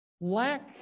lack